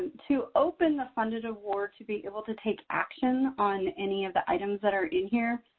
to open the funded award, to be able to take action on any of the items that are in here,